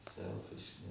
selfishness